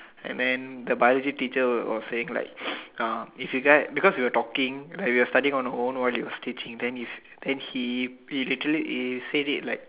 and then the biology teacher were was saying like uh if you guys because we were talking right we are study on our own while he was teaching then he then he he literally he said it like